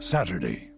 Saturday